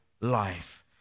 life